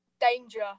danger